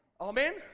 Amen